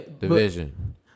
division